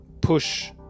push